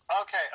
Okay